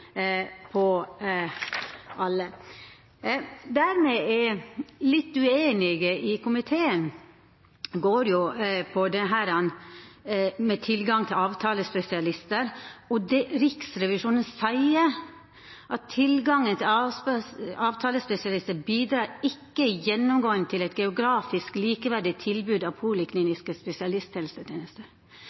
på alle punkt. Punktet me er litt ueinige om i komiteen, går på dette med tilgang til avtalespesialistar, der Riksrevisjonen seier: «Tilgangen til avtalespesialister bidrar ikke gjennomgående til et geografisk likeverdig tilbud av polikliniske